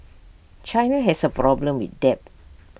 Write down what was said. China has A problem with debt